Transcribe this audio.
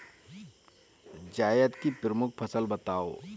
जायद की प्रमुख फसल बताओ